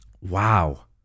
Wow